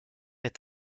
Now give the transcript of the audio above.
est